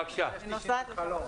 בבקשה, מיקי, לסיכום.